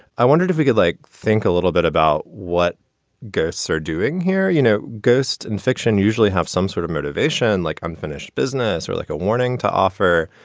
i wondered if you could like think a little bit about what guests are doing here. you know, ghost in fiction usually have some sort of motivation, like unfinished business or like a warning to offer.